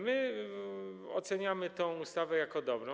My oceniamy tę ustawę jako dobrą.